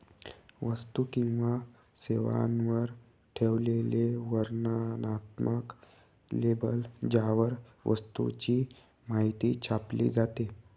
वस्तू किंवा सेवांवर ठेवलेले वर्णनात्मक लेबल ज्यावर वस्तूची माहिती छापली जाते